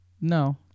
No